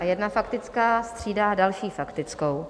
A jedna faktická střídá další faktickou.